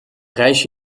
reis